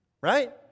right